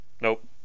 nope